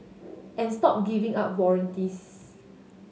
and stop giving out warranties